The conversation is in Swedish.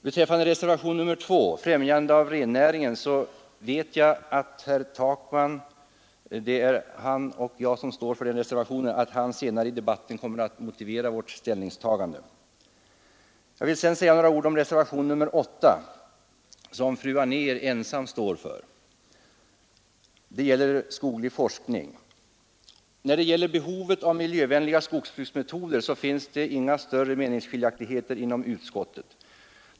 Vårt ställningstagande i reservationen 2 vid punkten Främjande av rennäringen kommer herr Takman senare i debatten att motivera. Jag vill sedan säga några ord om reservationen 8 som fru Anér ensam står för. Den gäller skoglig forskning. När det gäller behovet av miljövänliga skogsbruksmetoder finns inga större meningsskiljaktigheter inom utskottet.